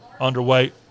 underway